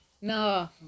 No